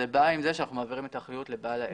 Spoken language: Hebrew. זה בא עם זה שאנחנו מעבירים את האחריות לבעל העסק.